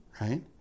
right